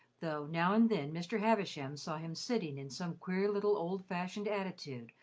though now and then mr. havisham saw him sitting in some queer little old-fashioned attitude,